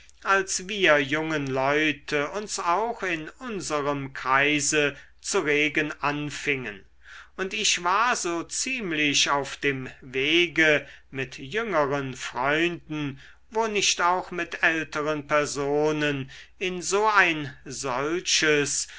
als wir jungen leute uns auch in unserem kreise zu regen anfingen und ich war so ziemlich auf dem wege mit jüngeren freunden wo nicht auch mit älteren personen in so ein solches